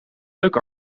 leuk